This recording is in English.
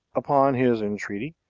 upon his entreaty,